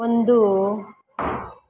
ಒಂದು